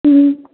మ్మ్